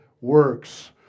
works